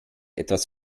etwas